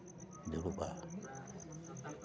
ᱫᱩᱲᱩᱵᱼᱟ